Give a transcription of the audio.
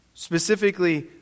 Specifically